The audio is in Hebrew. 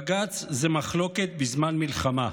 בג"ץ זה מחלוקת בזמן מלחמה,